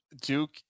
Duke